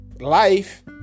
Life